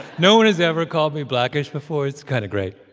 no one has ever called me blackish before. it's kind of great,